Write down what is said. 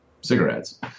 cigarettes